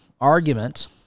argument